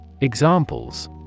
Examples